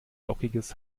lockiges